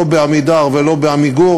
לא ב"עמידר" ולא ב"עמיגור",